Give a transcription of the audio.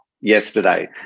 yesterday